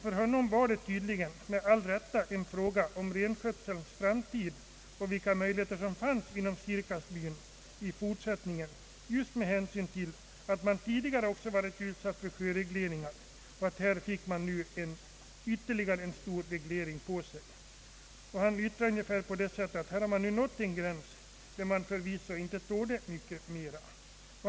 För honom var det tydligen och med all rätt en fråga om renskötselns framtid och möjligheterna att driva denna näring i fortsättningen, särskilt med tanke på att man tidigare varit utsatt för sjöregleringar och nu blev utsatt för ytterligare en stor reglering. Han sade ungefär så här: Vi har nu nått en gräns där vi förvisso inte tål mycket mera.